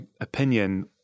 opinion